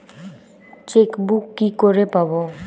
Chequebook কি করে পাবো?